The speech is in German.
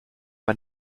man